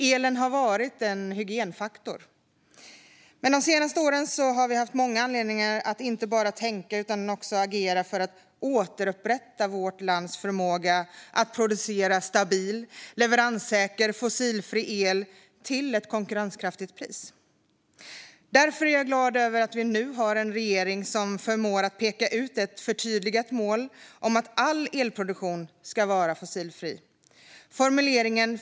Elen har varit en hygienfaktor. Men de senaste åren har vi haft många anledningar att inte bara tänka på utan också agera för att återupprätta vårt lands förmåga att producera stabil och leveranssäker fossilfri el till ett konkurrenskraftigt pris. Därför är jag glad över att vi nu har en regering som förmår att peka ut ett förtydligat mål om att all elproduktion ska vara fossilfri.